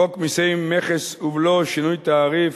חוק מסי מכס ובלו (שינוי תעריף),